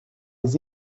les